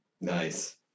nice